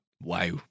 Wow